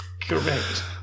Correct